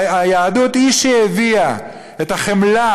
היהדות היא שהביאה את החמלה,